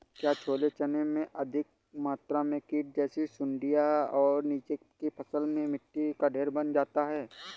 क्या छोले चने में अधिक मात्रा में कीट जैसी सुड़ियां और नीचे की फसल में मिट्टी का ढेर बन जाता है?